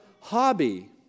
hobby